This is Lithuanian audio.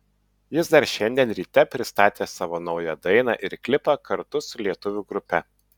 jis dar šiandien ryte pristatė savo naują dainą ir klipą kartu su lietuvių grupe